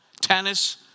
tennis